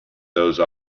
those